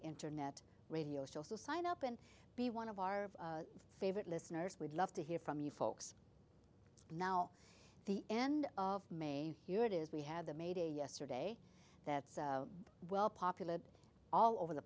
internet radio show so sign up and be one of our favorite listeners we'd love to hear from you folks now the end of may here it is we have the may day yesterday that's well populated all over the